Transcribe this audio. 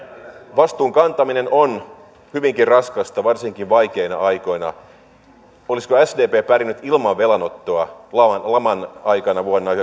vastuun kantaminen on hyvinkin raskasta varsinkin vaikeina aikoina olisiko sdp pärjännyt ilman velanottoa laman laman aikana vuonna